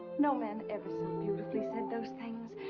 no man ever so beautifully said those things.